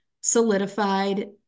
solidified